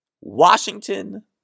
Washington